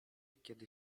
kiedy